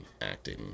acting